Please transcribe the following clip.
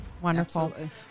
Wonderful